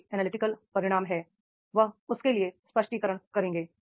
जो भी एनालिटिकल परिणाम हैं वह उसके लिए स्पष्टीकरण करेंगे